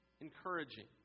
encouraging